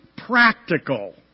practical